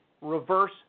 reverse